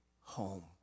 home